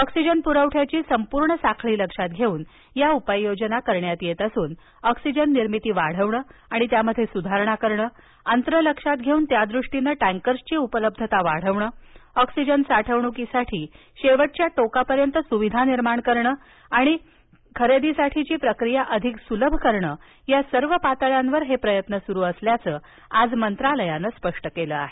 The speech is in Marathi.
ऑक्सिजन पुरवठ्याची संपूर्ण साखळी लक्षात घेऊन या उपाययोजना करण्यात येत असून ऑक्सिजन निर्मिती वाढवणं आणि त्यामध्ये सुधारणा करणं अंतर लक्षात घेऊन त्यादृष्टीनं टँकर्सची उपलब्धता वाढवणं ऑक्सिजन साठवणूकीसाठी शेवटच्या टोकापर्यंत सुविधा निर्माण करण आणि खारेदिसाठीची प्रक्रिया अधिक सुलभ करणं या सर्व पातळ्यांवर हे प्रयत्न सुरु असल्याचं आज मंत्रालयानं स्पष्ट केलं आहे